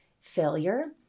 failure